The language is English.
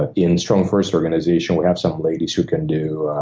but in strongfirst organization, we have some ladies who can do